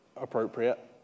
appropriate